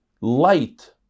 light